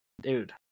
Dude